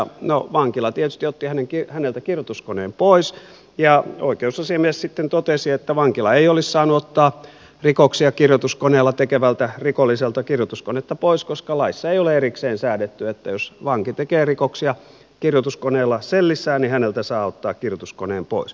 no vankila tietysti otti häneltä kirjoituskoneen pois ja oikeusasiamies sitten totesi että vankila ei olisi saanut ottaa rikoksia kirjoituskoneella tekevältä rikolliselta kirjoituskonetta pois koska laissa ei ole erikseen säädetty että jos vanki tekee rikoksia kirjoituskoneella sellissään niin häneltä saa ottaa kirjoituskoneen pois